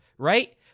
right